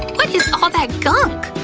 what is all that gunk?